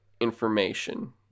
information